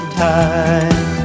time